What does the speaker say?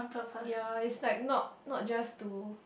ya it's like not not just to